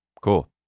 Cool